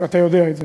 אתה יודע את זה.